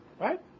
Right